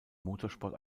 motorsport